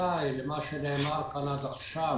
ברכותיי למה שנאמר כאן עד עכשיו.